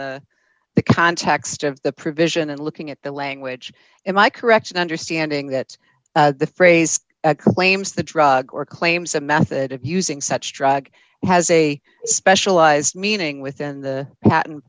on the context of the provision and looking at the language am i correct in understanding that the phrase claims the drug or claims a method of using such drug has a specialized meaning within the pat